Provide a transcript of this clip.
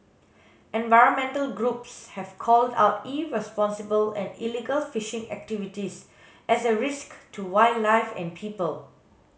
environmental groups have called out irresponsible and illegal fishing activities as a risk to wildlife and people